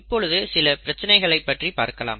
இப்பொழுது சில பிரச்சனைகள் பற்றி பார்க்கலாம்